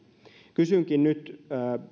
kysynkin nyt